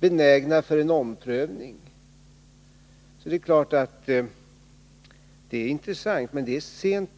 benägna för en omprövning, är det klart att det är intressant. Det är dock sent påtänkt.